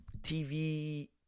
TV